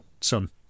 son